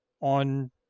on